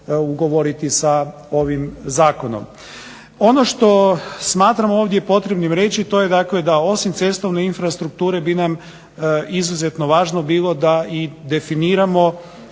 ugovoriti sa ovim zakonom. Ono što smatramo ovdje potrebnim reći to je dakle da osim cestovne infrastrukture bi nam izuzetno važno bilo da i definiramo